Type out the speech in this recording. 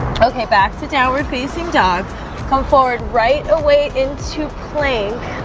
poke me back to downward-facing dog come forward right away into plank